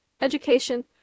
education